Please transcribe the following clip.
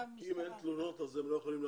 אם אין תלונות, הם לא יכולים לעזור.